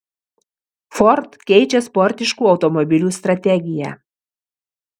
ford keičia sportiškų automobilių strategiją